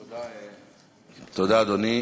תודה, אדוני.